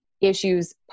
issues